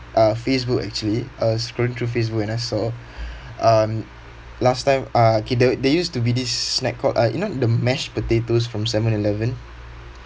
uh Facebook actually I was scrolling through Facebook and I saw um last time uh K there there used to be this snack called uh you know the mashed potatoes from seven eleven